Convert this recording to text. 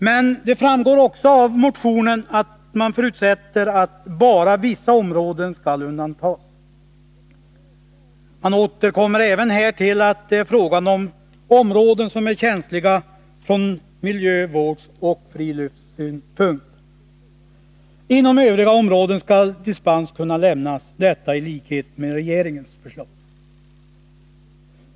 Men det framgår också av motionen, att socialdemokraterna förutsätter att bara vissa områden skall undantas. De återkommer även här till att det är fråga om områden som är känsliga ur miljövårdsoch friluftssynpunkt. Inom övriga områden skall dispens kunna lämnas, detta i enlighet med regeringens förslag.